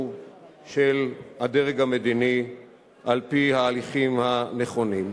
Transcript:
של הדרג המדיני על-פי ההליכים הנכונים.